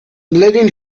letting